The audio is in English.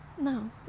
No